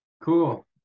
cool